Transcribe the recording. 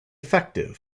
effective